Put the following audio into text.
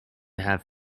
have